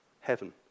Heaven